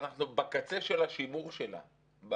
אנחנו בקצה של השימור שלה.